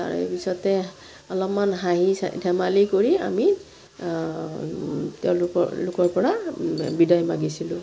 তাৰেপিছতে অলপমান হাঁহি ধেমালি কৰি আমি তেওঁলোকৰ পৰা বিদায় মাগিছিলোঁ